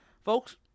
folks